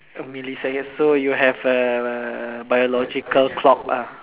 oh millisecond so you have a biological clock ah